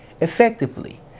effectively